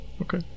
Okay